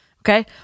okay